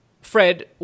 Fred